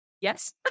yes